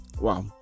wow